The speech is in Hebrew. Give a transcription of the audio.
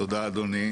תודה אדוני.